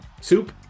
Soup